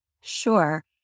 Sure